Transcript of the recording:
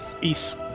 peace